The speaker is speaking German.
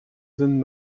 sind